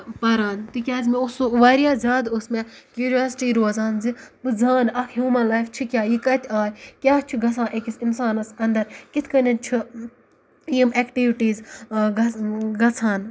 پران تِکیازِ مےٚ اوس سُہ واریاہ زیادٕ ٲس مےٚ کِریوزٹی روزان زِ بہٕ زانہٕ اکھ ہیوٗمَن لایف چھِ کیاہ یہِ کَتہِ آیہِ کیاہ چھُ گژھان أکِس اِنسانس اَندر کِتھ کَنین چھُ یِم اٮ۪کٹِوٹیٖز گژھ گژھان